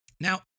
Now